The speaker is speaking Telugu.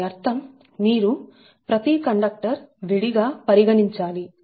దాని అర్థంమీరు ప్రతి కండక్టర్ విడిగా పరిగణించాలి